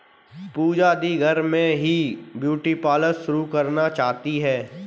पूजा दी घर में ही ब्यूटी पार्लर शुरू करना चाहती है